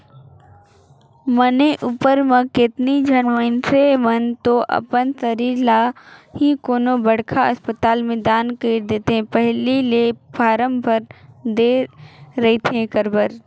मरे उपर म केतनो झन मइनसे मन तो अपन सरीर ल ही कोनो बड़खा असपताल में दान कइर देथे पहिली ले फारम भर दे रहिथे एखर बर